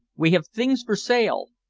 we have things for sale!